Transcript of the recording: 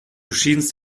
schienst